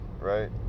Right